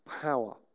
power